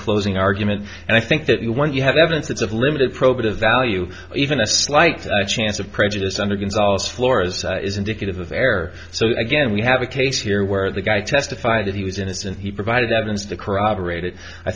closing argument and i think that when you have evidence of limited probative value even a slight chance of prejudice under gonzales floors is indicative of error so again we have a case here where the guy testified that he was innocent he provided evidence to corroborate it i